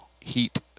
heat